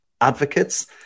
advocates